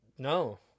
No